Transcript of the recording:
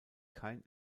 kein